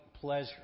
pleasure